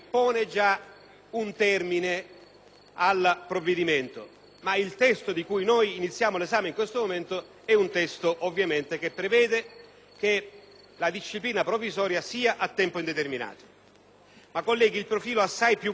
un termine al provvedimento. Ma il testo di cui noi iniziamo l'esame in questo momento è un testo, ovviamente, che prevede che la disciplina provvisoria sia a tempo indeterminato. Colleghi, il profilo assai più grave